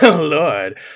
Lord